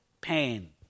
pain